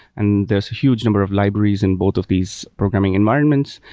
and there's a huge number of libraries in both of these programming environments,